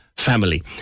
family